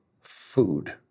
food